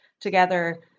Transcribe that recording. together